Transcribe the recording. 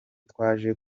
twaje